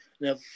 Now